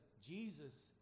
Jesus